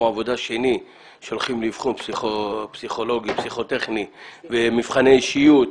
עבודה שני שולחים לפסיכולוגים ומבחני אישיות.